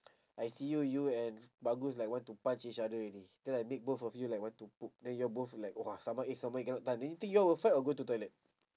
I see you you and bagus like want to punch each other already then I make both of you like want to poop then you all both like !wah! stomachache stomachache cannot tahan do you think you all will fight or go to toilet